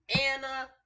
anna